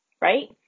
Right